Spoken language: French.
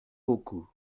beaucoup